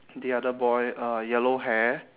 the other boy uh yellow hair